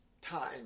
time